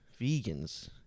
Vegans